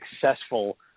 successful